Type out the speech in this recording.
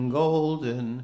golden